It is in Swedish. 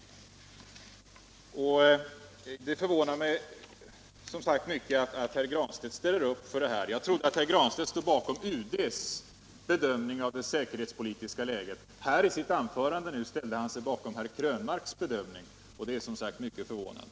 Och det förvånar mig som sagt mycket att herr Granstedt ställer upp för den. Jag trodde att herr Granstedt stod bakom UD:s bedömning av det säkerhetspolitiska läget. Men i sitt anförande sluter han upp bakom herr Krönmarks bedömning, och det är mycket förvånande.